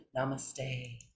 Namaste